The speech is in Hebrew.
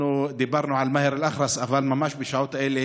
אנחנו דיברנו על מאהר אל-אח'רס, אבל ממש בשעות אלה